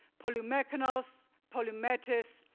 polimekanos, polymetis.